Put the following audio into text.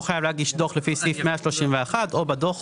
חייב להגיש דוח לפי סעיף 131 או בדוח,